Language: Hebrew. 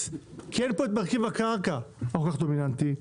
כי אין פה מרכיב של הקרקע הכול כך דומיננטי.